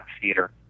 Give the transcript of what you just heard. theater